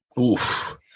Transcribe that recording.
Oof